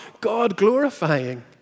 God-glorifying